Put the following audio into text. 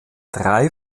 drei